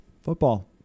Football